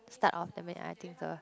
start of the I think so